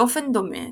באופן דומה,